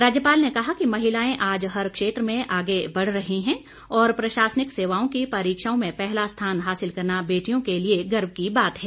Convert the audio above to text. राज्यपाल ने कहा कि महिलाएं आज हर क्षेत्र में आगे बढ़ रही हैं और प्रशासनिक सेवाओं की परीक्षाओं में पहला स्थान हासिल करना बेटियों के लिए गर्व की बात है